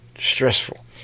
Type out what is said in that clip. stressful